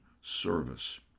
service